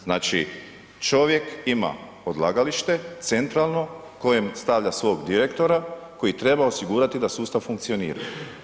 Znači čovjek ima odlagalište, centralno kojem stavlja svog direktora koji treba osigurati da sustav funkcionira.